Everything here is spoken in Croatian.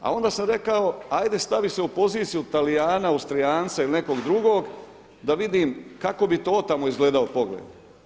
A onda sam rekao, ajde stavi se u poziciju Talijana, Austrijanca ili nekog drugog da vidim kako bi to otamo izgledao pogled.